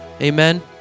Amen